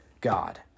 God